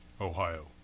Ohio